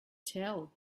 tell